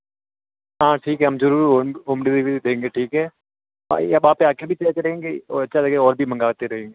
हाँ ठीक है हम ज़रूर होम डिलिवरी देंगे ठीक है भाई अब आप आके भी देते रहेंगे और अच्छा लगेगा और भी मंगाते रहेंगे